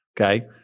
Okay